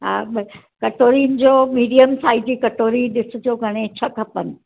हा बसि कटोरियुनि जो मिडियम साइज़ जी कटोरी ॾिसिजो घणे छह खपनि